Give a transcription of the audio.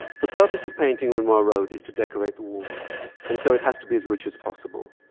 the purpose of painting, renoir wrote, is to decorate the walls and so it has to be as rich as possible.